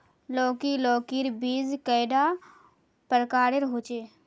लौकी लौकीर बीज कैडा प्रकारेर होचे?